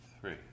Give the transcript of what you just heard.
three